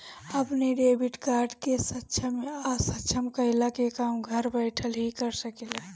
अपनी debit card के सक्षम या असक्षम कईला के काम घर बैठल भी कर सकेला